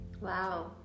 Wow